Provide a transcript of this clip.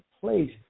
place